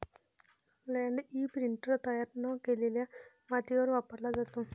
land imprinter तयार न केलेल्या मातीवर वापरला जातो